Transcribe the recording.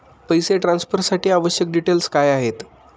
पैसे ट्रान्सफरसाठी आवश्यक डिटेल्स काय आहेत?